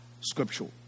scriptural